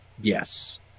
Yes